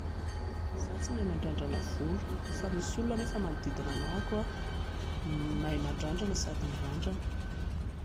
Izaho tsy mahay mandrandrana volo fa misy olona anefa manodidina ahy mahay mandrandrana sady mirandrana